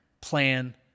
Plan